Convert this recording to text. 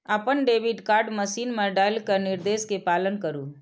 अपन debit card machine मे डालि कें निर्देश के पालन करु